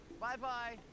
Bye-bye